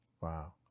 wow